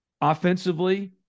Offensively